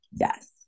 Yes